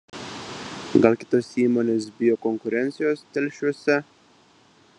gal kitos įmonės bijo konkurencijos telšiuose